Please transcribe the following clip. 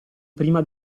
prima